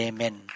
Amen. (